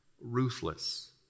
ruthless